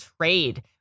trade